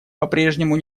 попрежнему